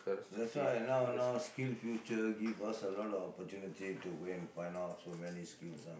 that's why now now SkillsFuture give us a lot of opportunity to go and find out so many skills ah